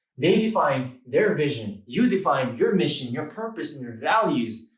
they defined their vision you define your mission, your purpose, and your values.